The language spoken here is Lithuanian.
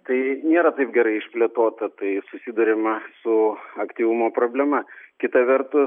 tai nėra taip gerai išplėtota tai susiduriama su aktyvumo problema kita vertus